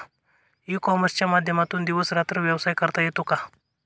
E कॉमर्सच्या माध्यमातून दिवस रात्र व्यवसाय करता येतो का?